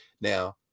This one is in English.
now